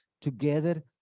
together